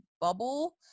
bubble